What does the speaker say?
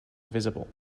visible